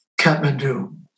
Kathmandu